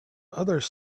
others